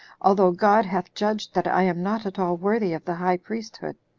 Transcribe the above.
although god hath judged that i am not at all worthy of the high priesthood.